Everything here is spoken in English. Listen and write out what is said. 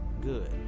good